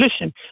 Listen